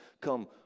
come